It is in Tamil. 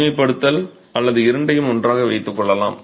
தனிமைப்படுத்தலாம் அல்லது இரண்டையும் ஒன்றாக வைத்துக் கொள்ளலாம்